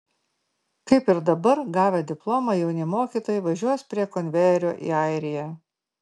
kaip ir dabar gavę diplomą jauni mokytojai važiuos prie konvejerio į airiją